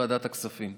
לוועדת הכספים.